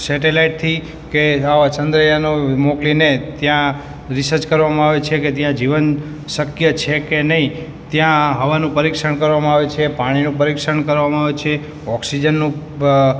સેટેલાઈટથી કે આવા ચંદ્રયાનો મોકલીને ત્યાં રીસર્ચ કરવામાં આવે છે કે ત્યાં જીવન શક્ય છે કે નહીં ત્યાં હવાનું પરીક્ષણ કરવામાં આવે છે પાણીનું પરીક્ષણ કરવામાં આવે છે ઑક્સિજનનું